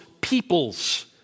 peoples